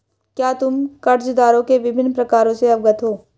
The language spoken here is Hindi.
क्या तुम कर्जदारों के विभिन्न प्रकारों से अवगत हो?